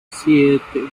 siete